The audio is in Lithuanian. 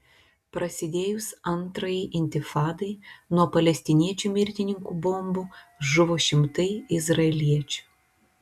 prasidėjus antrajai intifadai nuo palestiniečių mirtininkų bombų žuvo šimtai izraeliečių